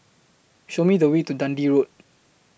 Show Me The Way to Dundee Road